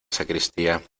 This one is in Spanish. sacristía